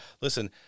Listen